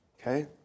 Okay